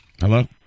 Hello